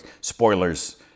spoilers